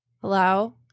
Hello